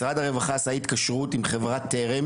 משרד הרווחה עשה התקשרות עם חברת טרם